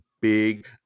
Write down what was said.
big